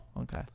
okay